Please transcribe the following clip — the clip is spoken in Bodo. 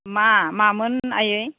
मा मामोन आयै